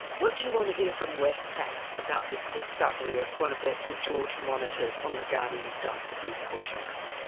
what do you want to hear from westpac about this discovery of one of their st george monitors on the ghanaian dump with these poor children?